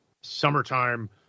Summertime